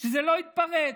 שזה יתפרץ.